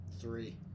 Three